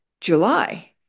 July